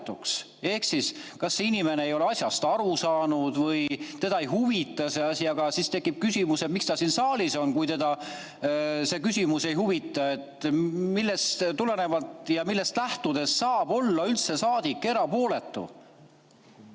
Ehk kas inimene ei ole asjast aru saanud või teda ei huvita see asi? Aga siis tekib küsimus, miks ta siin saalis on, kui teda see küsimus ei huvita. Millest tulenevalt ja millest lähtudes saab saadik olla üldse erapooletu?